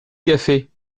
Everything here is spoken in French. café